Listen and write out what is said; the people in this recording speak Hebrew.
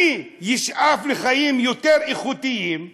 אני אשאף לחיים יותר איכותיים,